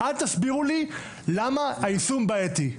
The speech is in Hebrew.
אל תסבירו לי למה היישום בעייתי.